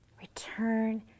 Return